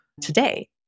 today